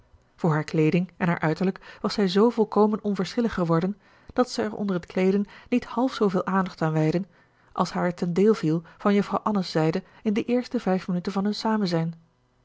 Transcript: voor haar kleeding en haar uiterlijk was zij zoo volkomen onverschillig geworden dat zij er onder het kleeden niet half zooveel aandacht aan wijdde als haar ten deel viel van juffrouw anne's zijde in de eerste vijf minuten van hun samenzijn